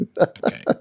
okay